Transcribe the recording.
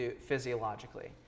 physiologically